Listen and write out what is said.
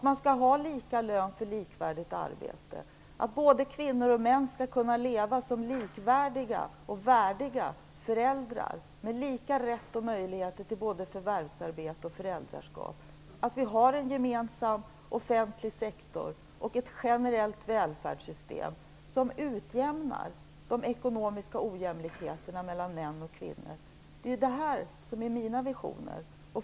Man skall ha lika lön för likvärdigt arbete. Både kvinnor och män skall kunna leva som likvärdiga och värdiga föräldrar, med lika rätt och möjligheter till både förvärvsarbete och föräldraskap. Vi skall ha en gemensam offentlig sektor och ett generellt välfärdssystem som utjämnar de ekonomiska ojämlikheterna mellan män och kvinnor. Det är mina visioner.